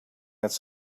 its